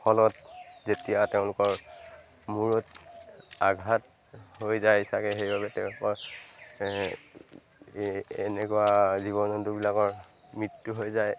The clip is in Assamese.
ফলত যেতিয়া তেওঁলোকৰ মূৰত আঘাত হৈ যায় চাগে সেইবাবে তেওঁলোকৰ এনেকুৱা জীৱ জন্তুবিলাকৰ মৃত্যু হৈ যায়